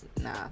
nah